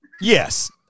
yes